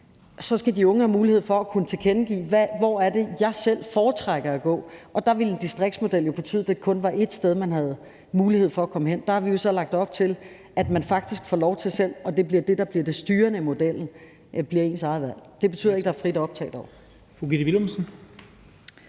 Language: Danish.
så skal de unge have mulighed for at kunne tilkendegive, hvor det er, de selv foretrækker at gå, og der ville en distriktsmodel jo betyde, at det kun var ét sted, man havde mulighed for at komme hen. Der har vi jo så lagt op til, at man faktisk får lov til selv at vælge, og at det bliver det, der bliver det styrende i modellen – det bliver ens eget valg. Det betyder dog ikke, der er frit optag.